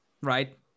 Right